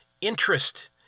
interest